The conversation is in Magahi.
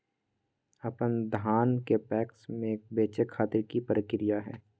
अपन धान के पैक्स मैं बेचे खातिर की प्रक्रिया हय?